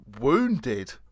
Wounded